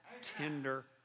tender